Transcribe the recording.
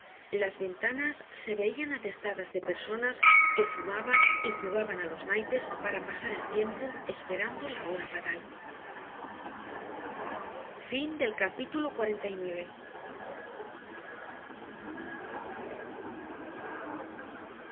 las ventanas se veian atestadas de personas que fumaban y jugaban á los naipes para pasar el tiempo esperando la hora fatal